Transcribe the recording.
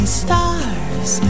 stars